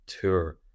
tour